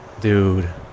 dude